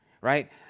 right